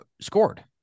scored